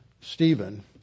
Stephen